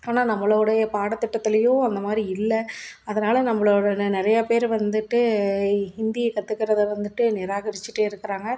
ஆனால் நம்பளோடைய பாடத்திட்டத்துலையும் அந்தமாதிரி இல்லை அதனால் நம்பளோட ந நிறையா பேர் வந்துவிட்டு ஹிந்தியை கற்றுக்குறத வந்துவிட்டு நிராகரிச்சிட்டே இருக்கிறாங்க